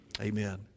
Amen